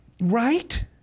Right